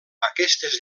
aquestes